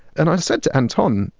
and i said to anton,